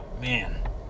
man